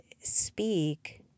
speak